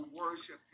worship